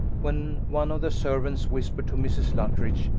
when one of the servants whispered to mrs. luttridge,